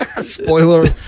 Spoiler